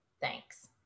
thanks